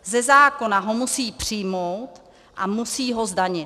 Ze zákona ho musí přijmout a musí ho zdanit.